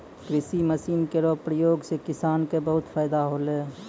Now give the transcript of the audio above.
कृषि मसीन केरो प्रयोग सें किसान क बहुत फैदा होलै